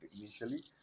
initially